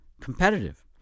competitive